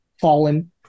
fallen